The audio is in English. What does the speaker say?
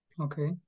Okay